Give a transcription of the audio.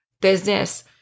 business